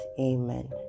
Amen